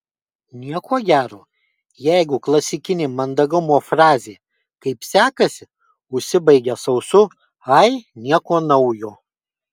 nieko gero jeigu klasikinė mandagumo frazė kaip sekasi užsibaigia sausu ai nieko naujo